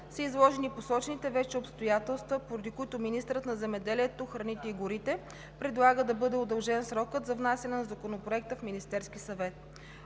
са изложени посочените вече обстоятелства, поради които министърът на земеделието, храните и горите предлага да бъде удължен срокът за внасяне на Законопроекта в Министерския съвет.